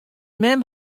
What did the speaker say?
mem